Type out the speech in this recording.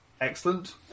Excellent